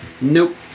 nope